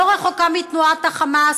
לא רחוקה מתנועת החמאס,